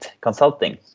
Consulting